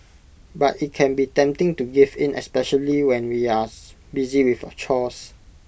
but IT can be tempting to give in especially when we as busy with chores